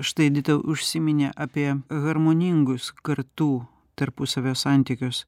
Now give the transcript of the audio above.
štai edita užsiminė apie harmoningus kartų tarpusavio santykius